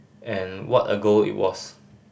and what a goal it was